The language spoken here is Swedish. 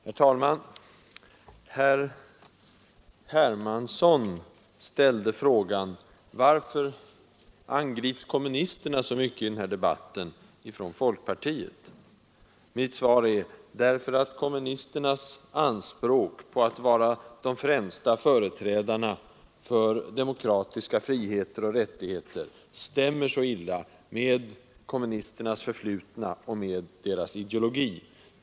Herr talman! Herr Hermansson ställde frågan: Varför angrips kommunisterna av folkpartiet i den här debatten? Mitt svar är: därför att kommunisternas anspråk på att vara de främsta företrädarna för demokratiska friheter och rättigheter stämmer så illa med kommunisternas förflutna och med deras ideologi.